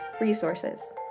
resources